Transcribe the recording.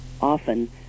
often